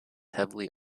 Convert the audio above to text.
heavily